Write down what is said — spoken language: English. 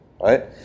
right